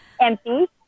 empty